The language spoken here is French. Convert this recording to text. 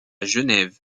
genève